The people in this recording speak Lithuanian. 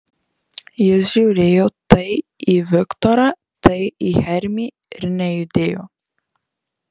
jis žiūrėjo tai į viktorą tai į hermį ir nejudėjo